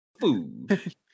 food